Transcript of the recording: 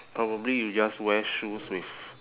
probably you just wear shoes with